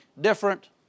different